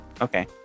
okay